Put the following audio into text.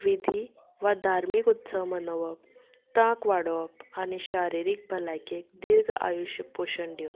विधी वा धार्मीक उत्सव मनोवप तांक वाडोवप आनी शारिरीक भलायकेक दीर्घ आयुश्य पोशण दिवप